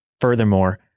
Furthermore